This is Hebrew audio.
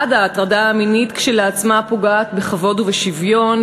1. ההטרדה המינית כשלעצמה פוגעת בכבוד ובשוויון,